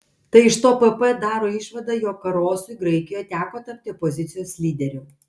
tai iš to pp daro išvadą jog karosui graikijoje teko tapti opozicijos lyderiu